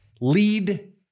lead